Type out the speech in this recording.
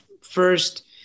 First